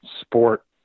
sport